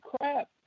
crap